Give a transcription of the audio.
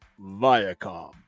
Viacom